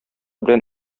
белән